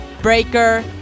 breaker